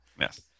Yes